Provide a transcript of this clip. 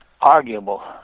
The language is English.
Arguable